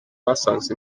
basanze